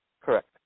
Correct